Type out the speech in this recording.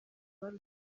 wari